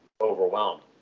overwhelmed